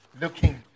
looking